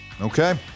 Okay